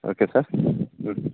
okay sir but